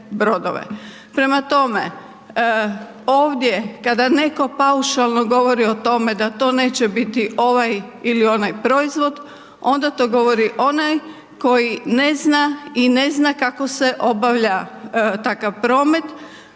Prema tome, ovdje kada netko paušalno govori o tome da to neće biti ovaj ili onaj proizvod, onda to govori onaj koji ne zna i ne zna kako se obavlja takav promet